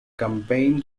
campaign